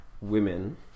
Women